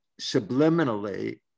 subliminally